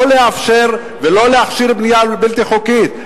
לא לאפשר ולא להכשיר בנייה בלתי חוקית,